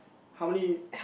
how many